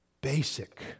basic